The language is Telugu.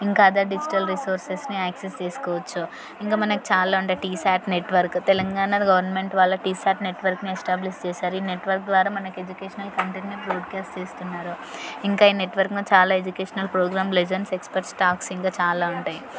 ఇంకా అదర్ డిజిటల్ రిసోర్సెస్ని యాక్సెస్ చేసుకోవచ్చు ఇంకా మనకి చాలా ఉంటాయ్ T SAT network Telangana government వాళ్ళు టీ స్యాట్ నెట్వర్క్ని ఎస్టాబ్లీష్ చేశారు ఈ నెట్వర్క్ ద్వారా మనకి ఎడ్యుకేషనల్ కంటిన్యూ బ్రోడ్క్యాస్ట్ చేస్తున్నారు ఇంకా ఈ నెట్వర్క్ను చాలా educational programmes lessons experts stocks ఇంకా చాలా ఉంటాయి